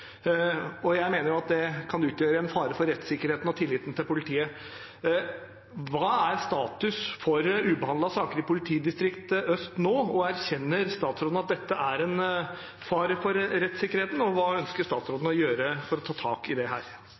politiet. Hva er status for ubehandlede saker i Øst politidistrikt nå? Erkjenner statsråden at dette er en fare for rettssikkerheten, og hva ønsker statsråden å gjøre for å ta tak i